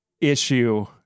issue